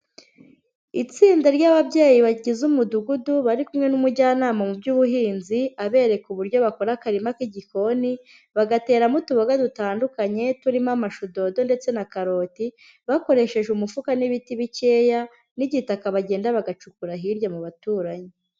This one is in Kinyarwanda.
Itsinda ry'ababyeyi bagize umudugudu, bari kumwe n'Umujyanama mu by'Ubuhinzi, abereka uburyo bakora akarima k'igikoni, bagateramo utuboga dutandukanye turimo amashu, dodo ndetse na karoti, bakoresheje umufuka n'ibiti bikeya, n'igitaka bagenda bagacukura hirya mu baturanyi.